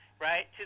right